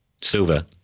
Silver